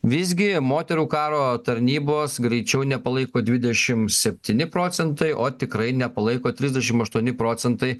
visgi moterų karo tarnybos greičiau nepalaiko dvidešimt septyni procentai o tikrai nepalaiko trisdešimt aštuoni procentai